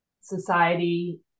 society